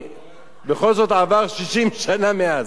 בכל זאת עברו 60 שנה מאז.